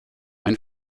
ein